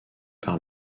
par